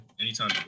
Anytime